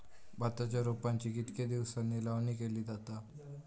भाताच्या रोपांची कितके दिसांनी लावणी केली जाता?